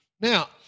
Now